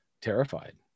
terrified